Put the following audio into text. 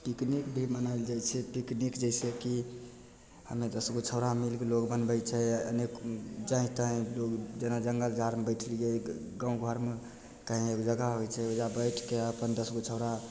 picnic भी मनाएल जाइ छै पिकनिक जइसेकि हमे दस गो छौँड़ा मिलिके लोग बनबै छै अनेक जाँहि ताँहि लोक जेना जङ्गल झाड़मे बैठलिए गाम घरमे कहीँ एगो जगह होइ छै ओइजाँ बैठिके अपन दस गो छौँड़ा